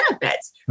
benefits